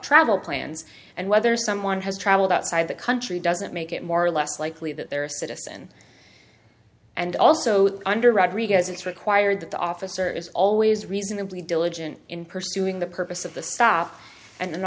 travel plans and whether someone has traveled outside the country doesn't make it more or less likely that they're a citizen and also under rodriguez it's required that the officer is always reasonably diligent in pursuing the purpose of the stop and